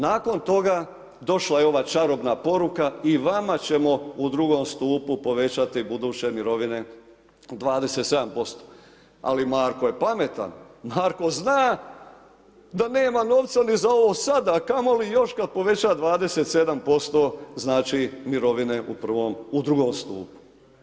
Nakon toga došla je ova čarobna poruka, i vama ćemo u drugom stupu povećati buduće mirovine 27%, ali Marko je pametan, Marko zna da nema novca ni za ovo sada, a kamo li još kada poveća 27%, znači, mirovine u drugom stupu.